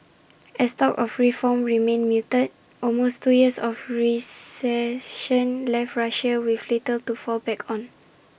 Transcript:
as talk of reform remained muted almost two years of recession left Russia with little to fall back on